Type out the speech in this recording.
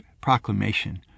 proclamation